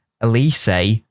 Elise